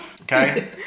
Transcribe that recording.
Okay